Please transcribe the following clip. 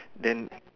then